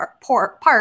Park